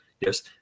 Yes